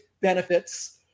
benefits